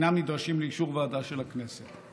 אינם נדרשים לאישור ועדה של הכנסת.